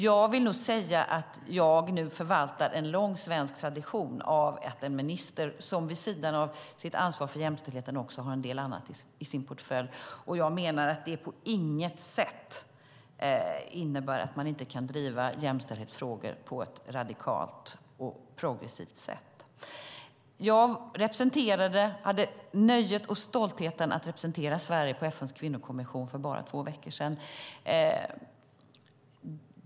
Jag vill nog säga att jag nu förvaltar en lång svensk tradition av en minister som vid sidan av sitt ansvar för jämställdheten har en del annat i sin portfölj. Jag menar att det på inget sätt innebär att man inte kan driva jämställdhetsfrågor på ett radikalt och progressivt sätt. Jag hade nöjet och stoltheten att representera Sverige på FN:s kvinnokommission för bara två veckor sedan.